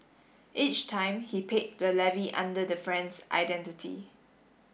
each time he paid the levy under the friend's identity